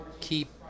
keep